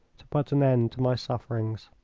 to put an end to my sufferings.